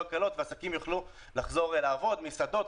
הקלות ועסקים יוכלו לחזור לעבוד: מסעדות,